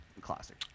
classic